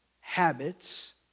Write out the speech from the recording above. habits